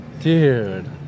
dude